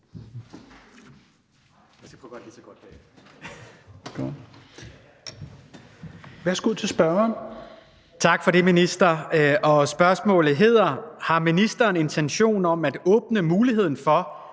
Værsgo til spørgeren.